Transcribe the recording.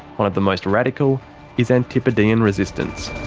one of the most radical is antipodean resistance.